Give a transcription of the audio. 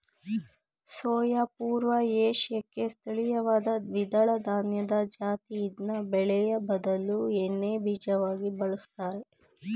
soya ಪೂರ್ವ ಏಷ್ಯಾಕ್ಕೆ ಸ್ಥಳೀಯವಾದ ದ್ವಿದಳಧಾನ್ಯದ ಜಾತಿ ಇದ್ನ ಬೇಳೆಯ ಬದಲು ಎಣ್ಣೆಬೀಜವಾಗಿ ಬಳುಸ್ತರೆ